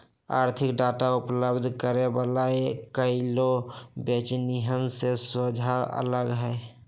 आर्थिक डाटा उपलब्ध करे वला कएगो बेचनिहार से सोझा अलई ह